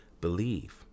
believe